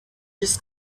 just